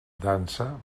dansa